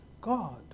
God